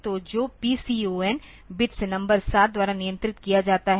तो जो PCON bits number 7 द्वारा नियंत्रित किया जाता है